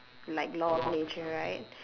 like law of nature right